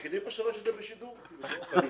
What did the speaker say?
תודה